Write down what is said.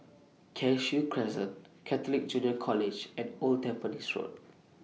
Cashew Crescent Catholic Junior College and Old Tampines Road